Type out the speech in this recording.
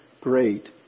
great